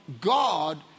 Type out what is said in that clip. God